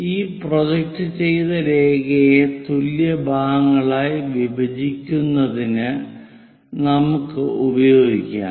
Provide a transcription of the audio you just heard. ഈ പ്രൊജക്റ്റ് ചെയ്ത രേഖയെ തുല്യ ഭാഗങ്ങളായി വിഭജിക്കുന്നതിന് നമുക്ക് ഉപയോഗിക്കാം